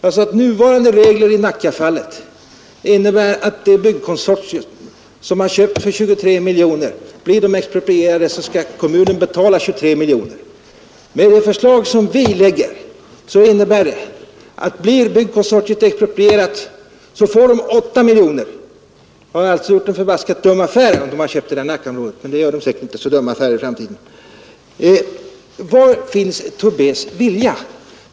Om det blir expropriation i Nackafallet, så innebär nuvarande regler att kommunen måste betala 23 miljoner. Enligt det förslag som vi har lagt fram får byggkonsortiet 8 miljoner och har alltså gjort en förbaskat dum affär. Man gör säkert inte så dumma affärer i framtiden. Vad är det herr Tobé vill?